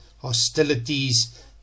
hostilities